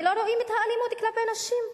ולא רואים את האלימות כלפי נשים.